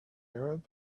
arab